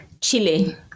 Chile